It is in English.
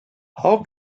how